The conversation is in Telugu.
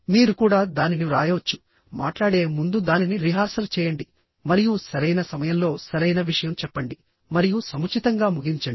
మీరు కూడా దానిని వ్రాయవచ్చు మాట్లాడే ముందు దానిని రిహార్సల్ చేయండి మరియు సరైన సమయంలో సరైన విషయం చెప్పండి మరియు సముచితంగా ముగించండి